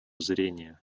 зрения